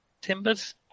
timbers